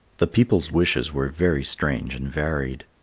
the people's wishes were very strange and varied.